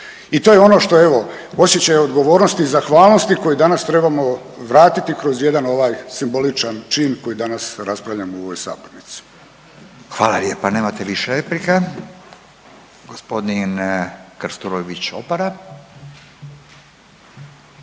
i to je ono što je evo osjećaj odgovornosti i zahvalnosti koje danas trebamo vratiti kroz jedan simboličan čin koji danas raspravljamo u ovoj sabornici. **Radin, Furio (Nezavisni)** Hvala lijepa. Nemate više replika. Gospodin Krstulović Opara.